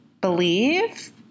believe